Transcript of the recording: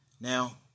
Now